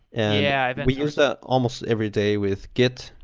yeah but we use that almost every day with git.